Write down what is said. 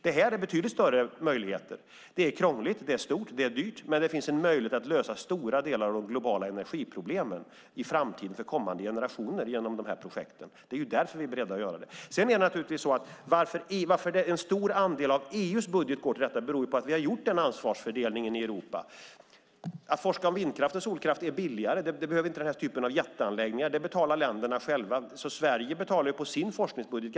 Detta har betydligt större möjligheter. Det är krångligt, det är stort, och det är dyrt. Men det finns en möjlighet att lösa stora delar av de globala energiproblemen i framtiden för kommande generationer genom dessa projekt. Det är därför som vi är beredda att göra detta. Varför en stor andel av EU:s budget går till detta beror på att vi har gjort den ansvarsfördelningen i Europa. Att forska om vindkraft och solkraft är billigare. För detta behövs inte denna typ av jätteanläggningar. Denna forskning betalar länderna själva. Sverige betalar ganska lite av sin forskningsbudget.